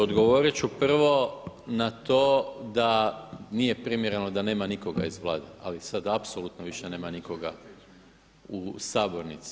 Odgovorit ću prvo na to da nije primjereno da nema nikoga iz Vlade, ali sad apsolutno više nema nikoga u sabornici.